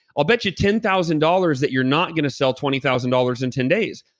i'll bet you ten thousand dollars that you're not going to sell twenty thousand dollars in ten days.